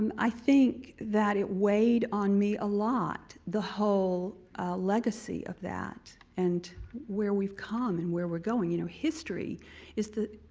um i think that it weighed on me a lot, the whole legacy of that and where we've come and where we're going. you know, history is the